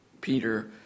Peter